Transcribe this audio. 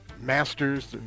Masters